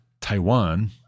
Taiwan